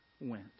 went